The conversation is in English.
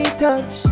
touch